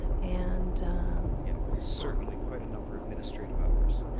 and yeah but certainly quite a number of administrative hours.